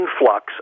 influx